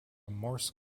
morse